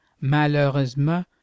Malheureusement